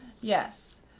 yes